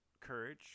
courage